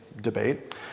debate